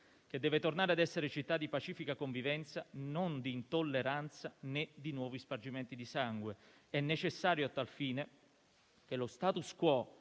che deve tornare ad essere città di pacifica convivenza, non di intolleranza né di nuovi spargimenti di sangue. È necessario a tal fine che lo *status quo*